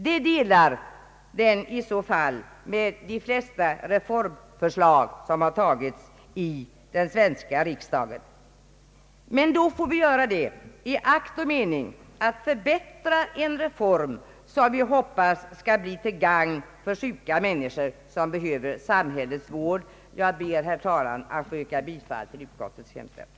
Detta delar den i så fall med de flesta reformförslag som har beslutats i den svenska riksdagen. Men då får vi göra det i akt och mening att förbättra en reform som vi hoppas skall bli till gagn för sjuka människor som behöver samhällets vård. Jag ber, herr talman, att få yrka bifall till utskottets hemställan.